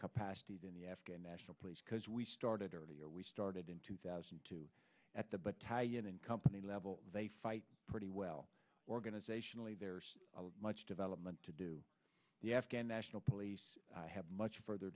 capacity even the afghan national police because we started earlier we started in two thousand and two at the butt taliban and company level they fight pretty well organizationally there's much development to do the afghan national police have much further